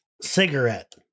Cigarette